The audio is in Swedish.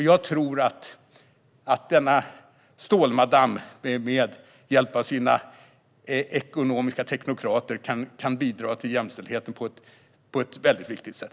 Jag tror att denna stålmadam, med hjälp av sina ekonomiska teknokrater, kan bidra till jämställdheten på ett viktigt sätt.